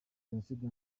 jenoside